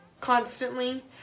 constantly